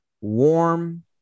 warm